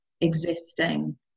existing